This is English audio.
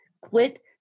quit